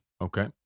Okay